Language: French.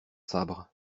sabres